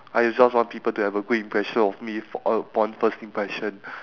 I just want people to have a great impression of me for upon first impression